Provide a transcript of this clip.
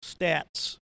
stats